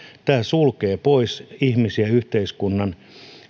tämä sulkee pois ihmisiä yhteiskunnan